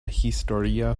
historia